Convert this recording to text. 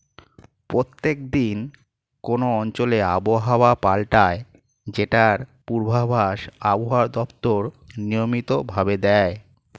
প্রত্যেক দিন কোন অঞ্চলে আবহাওয়া পাল্টায় যেটার পূর্বাভাস আবহাওয়া দপ্তর নিয়মিত ভাবে দেয়